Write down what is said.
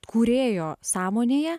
kūrėjo sąmonėje